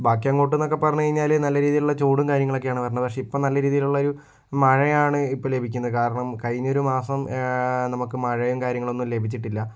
ബാക്കിയങ്ങോട്ടെന്നൊക്കെ പറഞ്ഞു കഴിഞ്ഞാൽ നല്ല രീതിയിലുള്ള ചൂടും കാര്യങ്ങളൊക്കെയാണ് വരുന്നത് പക്ഷെ ഇപ്പം നല്ല രീതിയിലുള്ളൊരു മഴയാണ് ഇപ്പോൾ ലഭിക്കുന്നത് കാരണം കഴിഞ്ഞൊരുമാസം നമുക്ക് മഴയും കാര്യങ്ങളൊന്നും ലഭിച്ചിട്ടില്ല